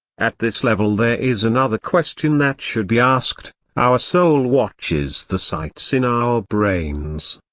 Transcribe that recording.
at this level there is another question that should be asked our soul watches the sights in our brains.